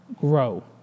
grow